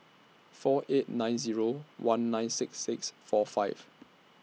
four eight nine Zero one nine six six four five